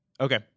Okay